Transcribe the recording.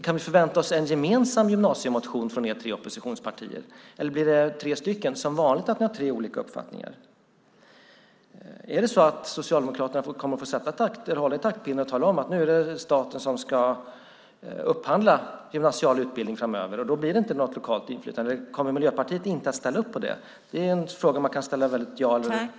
Kan vi förvänta oss en gemensam gymnasiemotion från er tre oppositionspartier, eller blir det tre stycken - som vanligt, för att ni har tre olika uppfattningar? Kommer Socialdemokraterna att få hålla i taktpinnen och tala om att nu är det staten som ska upphandla gymnasial utbildning framöver utan något lokalt inflytande? Eller kommer Miljöpartiet inte att ställa upp på det? Det är en fråga som man kan svara ja eller nej på.